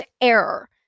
error